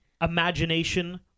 Imagination